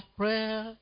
prayer